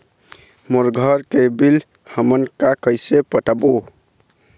मोर घर के बिल हमन का कइसे पटाबो?